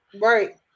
Right